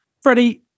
Freddie